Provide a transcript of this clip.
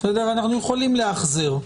אנחנו יכולים לאחזר.